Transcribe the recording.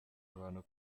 abantu